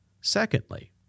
Secondly